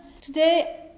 today